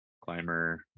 climber